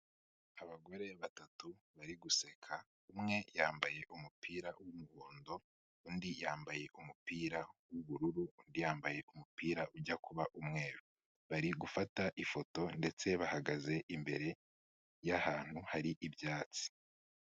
Abagore batatu bari guseka, umwe yambaye umupira w'umuhondo, undi yambaye umupira w'ubururu, undi yambaye umupira ujya kuba umweru. Bari gufata ifoto ndetse bahagaze imbere y'ahantu hari ibyatsi.